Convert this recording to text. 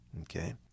okay